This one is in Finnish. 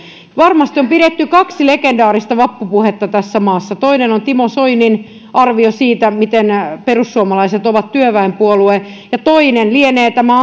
varmasti on pidetty kaksi legendaarista vappupuhetta tässä maassa toinen on timo soinin arvio siitä miten perussuomalaiset ovat työväenpuolue ja toinen lienee tämä